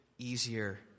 easier